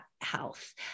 health